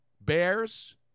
Bears